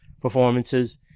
performances